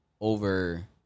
over